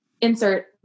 insert